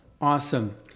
Awesome